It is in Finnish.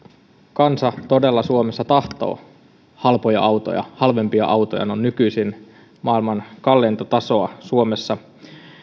kansa todella tahtoo suomessa halpoja autoja halvempia autoja ne ovat nykyisin maailman kalleinta tasoa suomessa